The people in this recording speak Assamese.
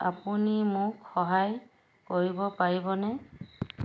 আপুনি মোক সহায় কৰিব পাৰিবনে